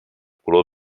color